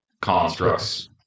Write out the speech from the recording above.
constructs